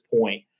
point